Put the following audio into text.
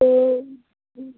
तो